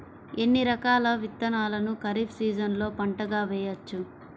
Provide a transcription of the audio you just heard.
ఎన్ని రకాల విత్తనాలను ఖరీఫ్ సీజన్లో పంటగా వేయచ్చు?